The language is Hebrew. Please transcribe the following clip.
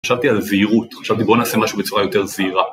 חשבתי על זהירות, חשבתי בואו נעשה משהו בצורה יותר זהירה